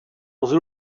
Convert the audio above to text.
was